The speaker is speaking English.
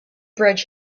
bridge